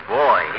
boy